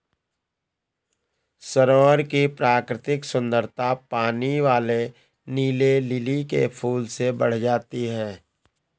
सरोवर की प्राकृतिक सुंदरता पानी वाले नीले लिली के फूल से बढ़ जाती है